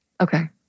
Okay